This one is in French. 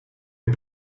les